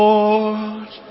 Lord